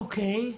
אוקיי.